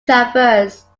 traverse